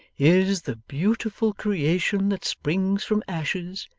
is the beautiful creation that springs from ashes,